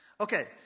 Okay